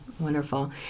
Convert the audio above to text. Wonderful